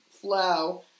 flow